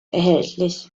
erhältlich